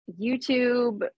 YouTube